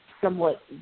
somewhat